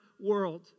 World